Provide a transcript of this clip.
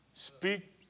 Speak